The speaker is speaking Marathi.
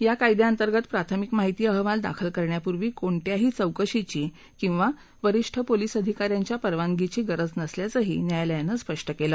या कायद्याअंतर्गत प्राथमिक माहिती अहवाल दाखल करण्यापूर्वी कोणत्याही चौकशीची किंवा वरिष्ठ पोलीस अधिकाऱ्यांच्या परवानगिची गरज नसल्याचंही न्यायालयानं स्पष्ट केलं